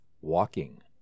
walking